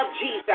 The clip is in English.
Jesus